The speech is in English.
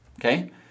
okay